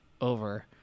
over